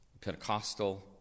Pentecostal